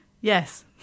Yes